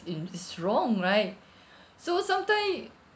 in is wrong right so sometime